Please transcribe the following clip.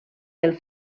del